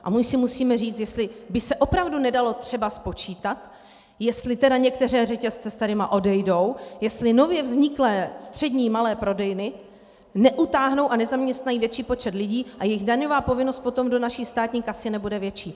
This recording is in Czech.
A my si musíme říct, jestli by se opravdu nedalo třeba spočítat, jestli některé řetězce odsud odejdou, jestli nově vzniklé střední, malé prodejny neutáhnou a nezaměstnají větší počet lidí a jejich daňová povinnost potom do naší státní kasy nebude větší.